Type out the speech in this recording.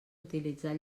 utilitzar